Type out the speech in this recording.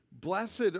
Blessed